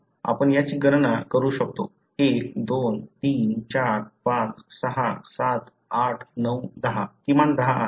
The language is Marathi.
आपण याची गणना करू शकतो 12345678910 किमान दहा आहे